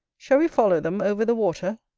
shall we follow them over the water?